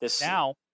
Now